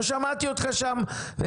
לא שמעתי אותך שם.